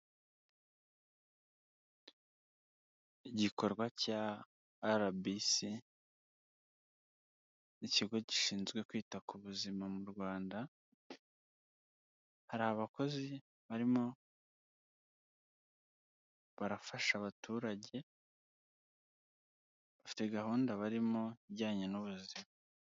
Igikorwa cya arabisi, ikigo gishinzwe kwita ku buzima mu Rwanda, hari abakozi barimo barafasha abaturage bafite gahunda barimo ijyanye n'ubuzima.